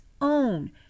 own